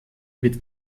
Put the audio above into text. wird